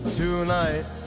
tonight